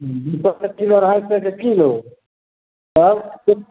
दू सए के किलो अढ़ाइ सए के किलो तब कि